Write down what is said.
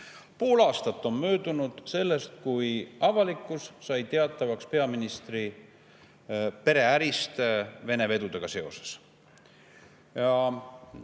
aastat on möödunud sellest, kui avalikkus sai teada peaministri pereärist Vene-vedudega seoses.